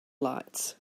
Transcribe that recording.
lights